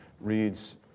reads